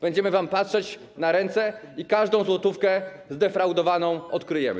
Będziemy wam patrzeć na ręce i każdą złotówkę zdefraudowaną odkryjemy.